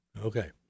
Okay